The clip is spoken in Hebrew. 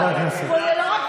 אדוני היושב-ראש,